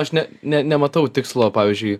aš ne ne nematau tikslo pavyzdžiui